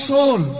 Soul